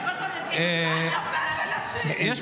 הוא רצה להיות גינקולוג, למד, למד, למד, מה קרה?